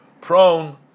prone